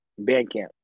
Bandcamp